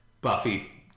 Buffy